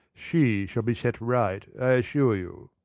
she shall be set right, i assure you.